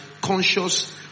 conscious